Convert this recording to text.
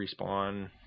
respawn